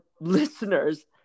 listeners